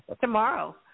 Tomorrow